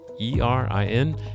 E-R-I-N